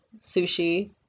sushi